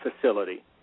facility